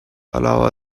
allow